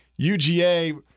UGA